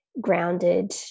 grounded